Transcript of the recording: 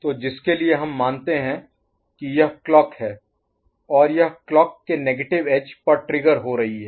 तो जिसके लिए हम मानते हैं कि यह क्लॉक है और यह क्लॉक के नेगेटिव एज पर ट्रिगर हो रही है